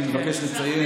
אני מבקש לציין,